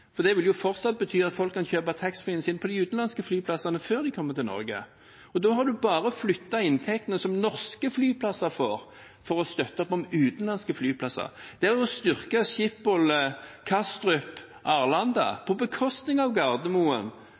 mening. Det vil fortsatt bety at folk kan kjøpe taxfree på de utenlandske flyplassene før de kommer til Norge. Da har en bare flyttet inntektene som norske flyplasser får, for å støtte opp om utenlandske flyplasser. Det er å styrke Schiphol, Kastrup og Arlanda på bekostning av Gardermoen,